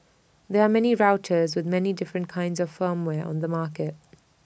there're many routers with many different kinds of firmware on the market